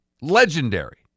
Legendary